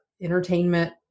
entertainment